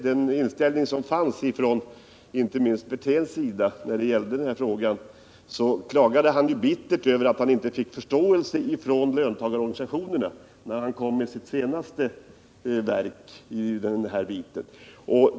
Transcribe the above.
Rolf Wirtén har klagat bittert över att han inte fått förståelse för sin inställning i den här frågan hos löntagarorganisationerna när han lade fram sitt senaste ”verk”.